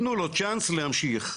תנו לו צ'אנס להמשיך.